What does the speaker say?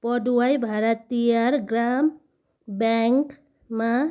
पडुवाई भारतियार ग्राम ब्याङ्कमा